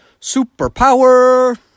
superpower